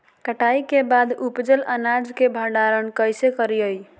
कटाई के बाद उपजल अनाज के भंडारण कइसे करियई?